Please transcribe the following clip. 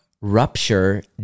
rupture